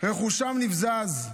רכושם נבזז,